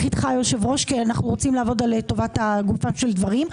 היושב-ראש כי אנחנו רוצים לעבוד על טובת גופם של דברים,